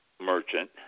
merchant